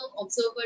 observer